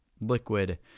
liquid